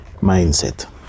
mindset